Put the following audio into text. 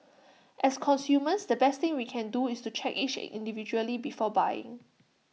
as consumers the best thing we can do is to check each egg individually before buying